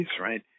right